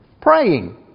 Praying